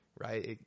right